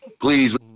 please